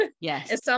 Yes